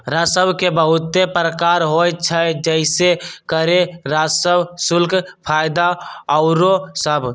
राजस्व के बहुते प्रकार होइ छइ जइसे करें राजस्व, शुल्क, फयदा आउरो सभ